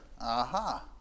aha